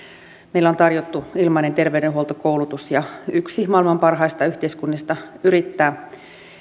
on tarjottu ilmainen terveydenhuolto koulutus ja yksi maailman parhaista yhteiskunnista yrittää